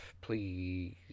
Please